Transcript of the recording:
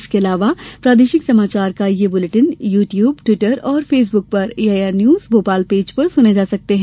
इसके अलावा प्रादेशिक समाचार बुलेटिन यू ट्यूब ट्विटर और फेसबुक पर एआईआर न्यूज भोपाल पेज पर सुने जा सकते हैं